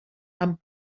amb